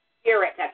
spirit